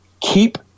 keep